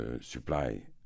supply